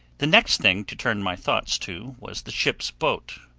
the next thing to turn my thoughts to was the ship's boat,